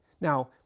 Now